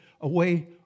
away